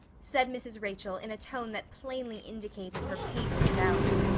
said mrs. rachel in a tone that plainly indicated her painful doubts.